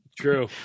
True